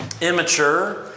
immature